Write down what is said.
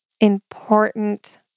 important